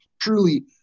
truly